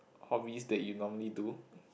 hobbies that you normally do